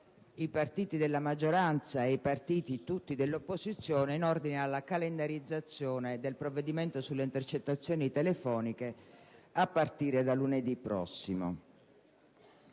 i Gruppi della maggioranza e tutti i Gruppi dell'opposizione in ordine alla calendarizzazione del provvedimento sulle intercettazioni telefoniche a partire da lunedì prossimo.